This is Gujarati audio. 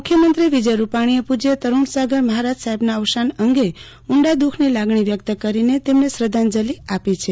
મુખ્યમંત્રી વિજય રૂપાણીએ પૂજ્ય તરૂણસાગર મહારાજ સાહેબના અવસાન અંગેઊંડા દ્વઃખની લાગણી વ્યક્ત કરીને તેમને શ્રદ્વાંજલી આપી છે